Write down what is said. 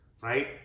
right